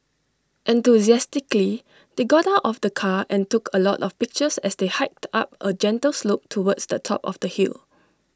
enthusiastically they got out of the car and took A lot of pictures as they hiked up A gentle slope towards the top of the hill